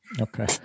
Okay